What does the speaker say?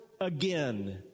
again